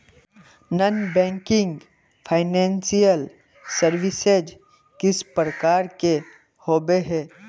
Non banking financial services किस प्रकार के होबे है?